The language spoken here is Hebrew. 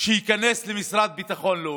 שייכנס למשרד לביטחון לאומי,